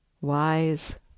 wise